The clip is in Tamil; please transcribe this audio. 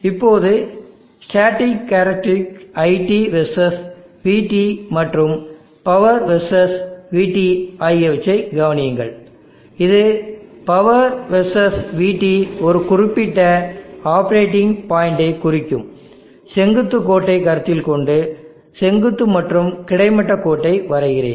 இப்போது ஸ்டேட்டிக் சிறப்பியல்பு iT வெர்சஸ் vT மற்றும் பவர் வெர்சஸ் vT ஆகியவற்றைக் கவனியுங்கள் இது பவர் வெர்சஸ் vT ஒரு குறிப்பிட்ட ஆப்பரேட்டிங் பாயிண்டை குறிக்கும் செங்குத்து கோட்டைக் கருத்தில் கொண்டு செங்குத்து மற்றும் கிடைமட்ட கோட்டை வரைகிறேன்